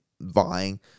vying